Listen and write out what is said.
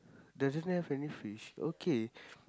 doesn't have any fish okay